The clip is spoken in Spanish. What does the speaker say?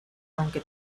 aunque